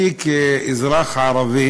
אני, כאזרח ערבי